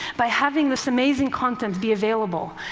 by having this amazing content be available,